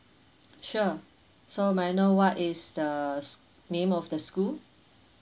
sure so may I know what is the s~ name of the school